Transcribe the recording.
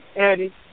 Eddie